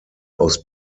aus